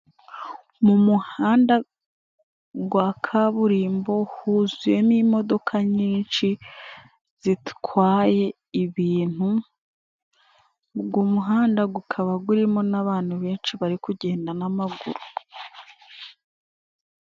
Mu muhanda wa kaburimbo huzuyemo imodoka nyinshi zitwaye ibintu, uwo muhanda ukaba urimo n'abantu benshi bari kugenda n'amaguru.